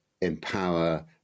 empower